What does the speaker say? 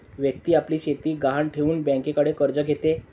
व्यक्ती आपली शेती गहाण ठेवून बँकेकडून कर्ज घेते